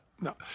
No